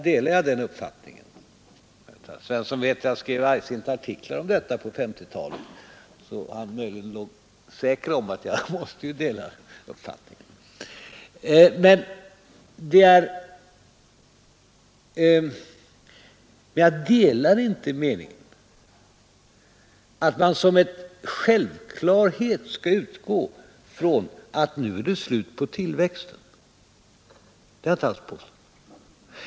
Som herr Svensson i Malmö vet skrev jag argsinta artiklar om detta under 1950-talet. Men jag delar inte den meningen att man som en självklarhet skall utgå från att det nu är slut på tillväxten. Det har jag inte alls påstått.